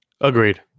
Agreed